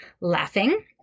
laughing